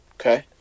Okay